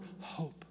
hope